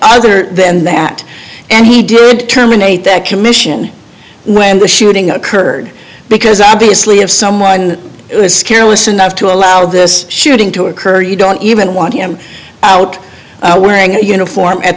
other than that and he did terminate that commission when the shooting occurred because obviously if someone was careless enough to allow this shooting to occur you don't even want him out wearing a uniform at